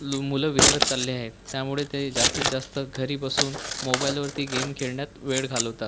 ल मुलं विसरत चालले आहेत त्यामुळे ते जास्तीत जास्त घरी बसून मोबाईलवरती गेम खेळण्यात वेळ घालवतात